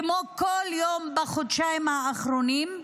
כמו כל יום בחודשיים האחרונים,